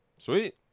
sweet